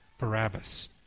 Barabbas